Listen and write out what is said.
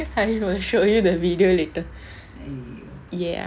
I will show you the video later ya